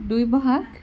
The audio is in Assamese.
দুই বহাগ